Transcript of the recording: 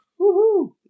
Woohoo